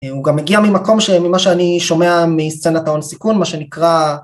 הוא גם מגיע ממקום שממה שאני שומע מסצנת ההון סיכון מה שנקרא